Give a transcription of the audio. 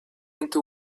into